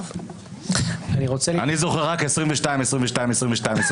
אני זוכר רק 22, 22, 22,